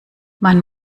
man